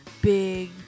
big